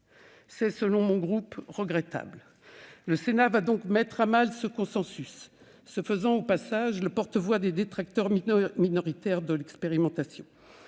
C'est, selon mon groupe, regrettable. Le Sénat va donc mettre à mal ce consensus, se faisant, au passage, le porte-voix des détracteurs, minoritaires, de l'expérimentation.